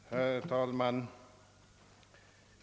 Herr talman!